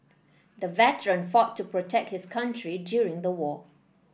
the veteran fought to protect his country during the war